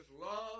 love